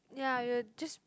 ya you will just